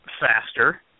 faster